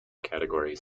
categories